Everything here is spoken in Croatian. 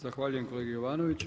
Zahvaljujem kolegi Jovanoviću.